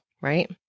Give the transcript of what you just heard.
right